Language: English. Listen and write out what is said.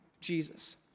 Jesus